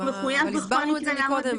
הסברנו את זה קודם,